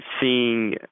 Seeing